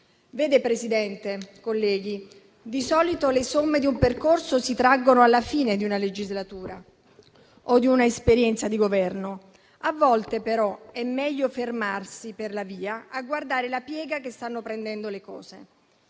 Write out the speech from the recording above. Vede, Presidente, colleghi, di solito le somme di un percorso si traggono alla fine di una legislatura o di una esperienza di Governo. A volte, però, è meglio fermarsi per la via a guardare la piega che stanno prendendo le cose.